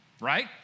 right